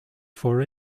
for